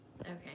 Okay